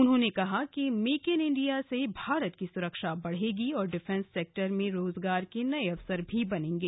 उन्होंने कहा कि मेक इन इंडिया से भारत की सुरक्षा बढ़ेगी और डिफेंस सेक्टर में रोजगार के नये अवसर भी बनेंगे